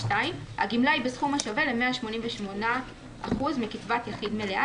"(2)הגמלה היא בסכום השווה ל-188% מקצבת יחיד מלאה.